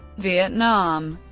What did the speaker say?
vietnam